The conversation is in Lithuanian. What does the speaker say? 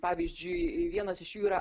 pavyzdžiui vienas iš jų yra